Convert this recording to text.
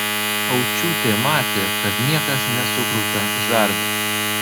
aučiūtė matė kad niekas nesukruta žarde